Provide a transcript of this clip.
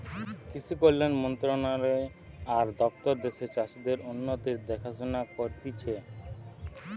কৃষি কল্যাণ মন্ত্রণালয় আর দপ্তর দ্যাশের চাষীদের উন্নতির দেখাশোনা করতিছে